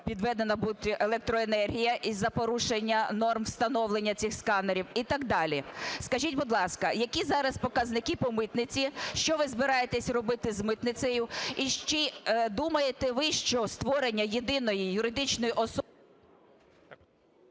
підведена бути електроенергія із-за порушення норм встановлення цих сканерів і так далі. Скажіть, будь ласка, які зараз показники по митниці? Що ви збираєтесь робити з митницею? І чи думаєте ви, що створення єдиної юридичної особи...